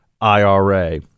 IRA